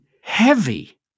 heavy